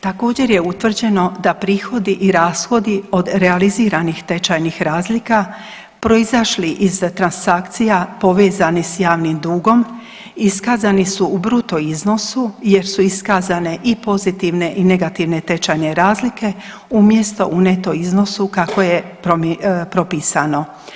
Također je utvrđeno da prihodi i rashodi od realiziranih tečajnih razlika proizašli iz transakcija povezani sa javnim dugom iskazani su u bruto iznosu jer su iskazane i pozitivne i negativne tečajne razlike umjesto u neto iznosu kako je propisano.